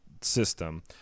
system